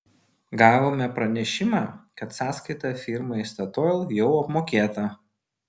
gavome pranešimą kad sąskaita firmai statoil jau apmokėta